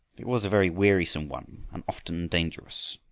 it was a very wearisome one and often dangerous.